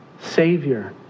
savior